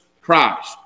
Christ